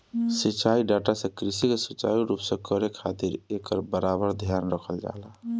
सिंचाई डाटा से कृषि के सुचारू रूप से करे खातिर एकर बराबर ध्यान रखल जाला